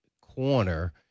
corner